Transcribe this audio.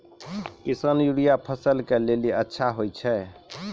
किसान यूरिया फसल के लेली अच्छा होय छै?